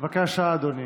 בבקשה, אדוני,